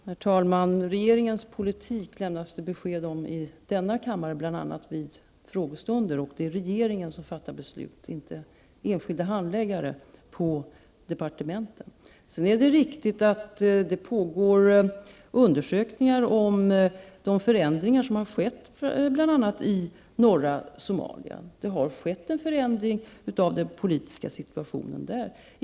Herr talman! Regeringens politik lämnas det besked om i denna kammare bl.a. vid frågestunder. Det är regeringen som fattar beslut, inte enskilda handläggare på departementen. Det är riktigt att det pågår undersökningar om de förändringar som har skett i bl.a. norra Somalia. Det har skett en förändring av den politiska situationen.